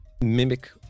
mimic